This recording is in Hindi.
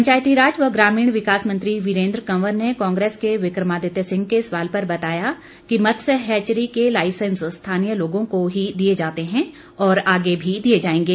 पंचायतीराज व ग्रामीण विकास मंत्री वीरेन्द्र कंवर ने कांग्रेस के विकमादित्य सिंह के सवाल पर बताया कि मत्स्य हैचरी के लाईसेंस स्थानीय लोगों को ही दिए जाते हैं और आगे भी दिए जाएंगे